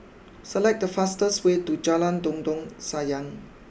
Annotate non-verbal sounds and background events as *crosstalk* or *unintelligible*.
select the fastest way to Jalan *unintelligible* Sayang